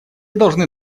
должны